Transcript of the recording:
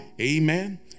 Amen